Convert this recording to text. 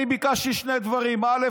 אני ביקשתי שני דברים: א.